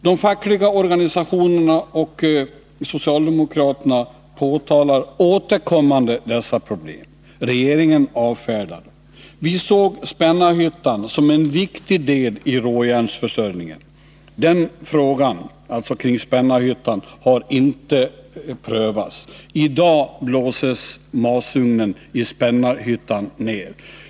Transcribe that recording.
De fackliga organisationerna och socialdemokraterna påtalar återkommande dessa problem. Regeringen avfärdar dem. Vi såg Spännarhyttan som en viktig del i råjärnsförsörjningen. Frågan kring Spännarhyttan har inte prövats. I dag blåses masugnen i Spännarhyttan ner.